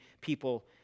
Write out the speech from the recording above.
people